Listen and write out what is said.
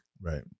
right